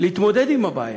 להתמודד עם הבעיה.